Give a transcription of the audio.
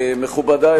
מכובדי,